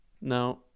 now